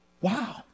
wow